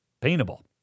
paintable